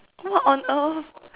what on earth